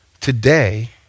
today